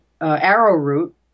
arrowroot